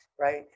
right